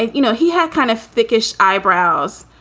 you know, he had kind of thickest eyebrows.